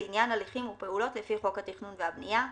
לעניין הליכים ופעולות לפי חוק התכנון והבנייה,